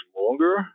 longer